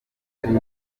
hari